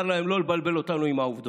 לומר להם לא לבלבל את העובדות.